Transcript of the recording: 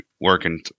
working